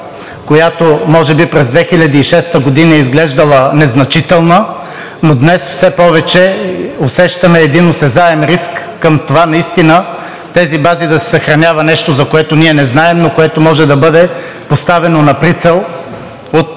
която може би през 2006 г. е изглеждала незначителна, но днес все повече усещаме един осезаем риск към това наистина в тези бази да се съхранява нещо, за което ние не знаем, но което може да бъде поставено на прицел от